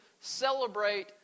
celebrate